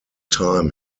time